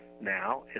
now